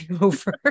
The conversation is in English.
over